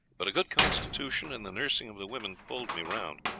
but a good constitution and the nursing of the women pulled me round.